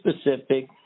specific